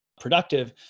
productive